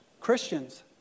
Christians